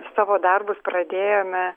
savo darbus pradėjome